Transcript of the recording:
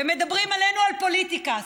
ומדברים עלינו על פוליטיקה.